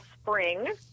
spring